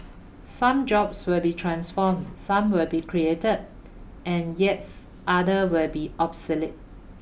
some jobs will be transformed some will be created and yes other will be obsolete